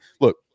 look